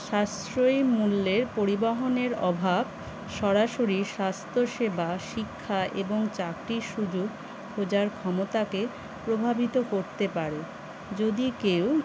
সাশ্রয়ী মূল্যের পরিবহনের অভাব সরাসরি স্বাস্থ্যসেবা শিক্ষা এবং চাকরির সুযোগ খোঁজার ক্ষমতাকে প্রভাবিত করতে পারে যদি কেউ